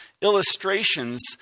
illustrations